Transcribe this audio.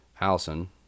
allison